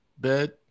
bed